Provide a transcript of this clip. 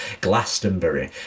Glastonbury